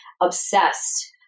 obsessed